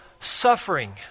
Suffering